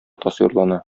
тасвирлана